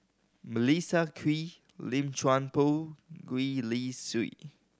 Melissa Kwee Lim Chuan Poh Gwee Li Sui